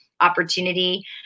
opportunity